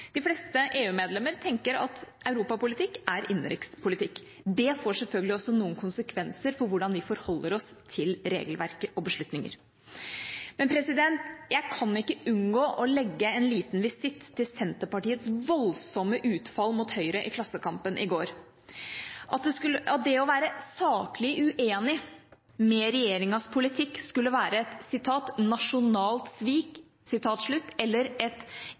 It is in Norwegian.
De fleste EU-medlemmer tenker at europapolitikk er innenrikspolitikk. Det får selvfølgelig også noen konsekvenser for hvordan vi forholder oss til regelverk og beslutninger. Jeg kan ikke unngå å legge en liten visitt til Senterpartiets voldsomme utfall mot Høyre i Klassekampen i går. At det å være saklig uenig i regjeringas politikk skulle være et «nasjonalt svik» eller «nasjonal illojalt» er meget store ord fra et